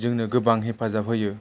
जोंनो गोबां हेफाजाब होयो